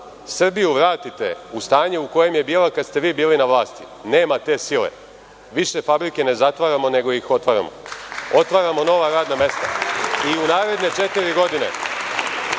Srbiju vratite u stanje u kojem je bila kada ste vi bili na vlasti, nema te sile. Više fabrike ne zatvaramo, nego ih otvaramo, otvaramo nova radna mesta i u naredne četiri godine